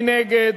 מי נגד?